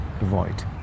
avoid